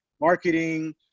marketing